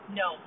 no